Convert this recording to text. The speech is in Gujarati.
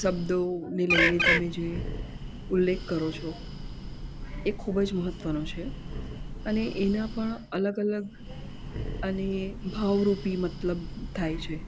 શબ્દોને લઈને તમે જે ઉલ્લેખ કરો છો એ ખૂબ જ મહત્વનો છે અને એના પણ અલગ અલગ અને ભાવરૂપી મતલબ થાય છે